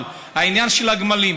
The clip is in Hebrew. אבל לעניין של הגמלים: